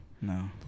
No